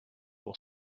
will